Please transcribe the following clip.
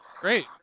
great